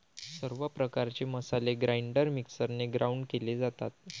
सर्व प्रकारचे मसाले ग्राइंडर मिक्सरने ग्राउंड केले जातात